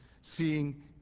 seeing